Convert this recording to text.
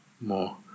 more